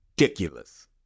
ridiculous